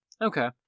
Okay